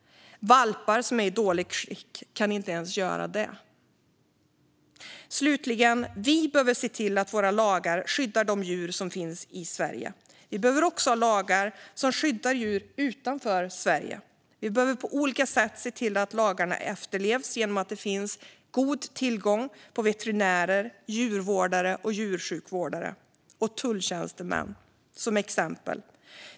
Valpar som är i dåligt skick kan inte ens göra det. Slutligen: Vi behöver se till att våra lagar skyddar de djur som finns i Sverige. Vi behöver också ha lagar som skyddar djur utanför Sverige. Vi behöver på olika sätt se till att lagarna efterlevs genom att det finns god tillgång till exempelvis veterinärer, djurvårdare och djursjukvårdare, liksom tulltjänstemän.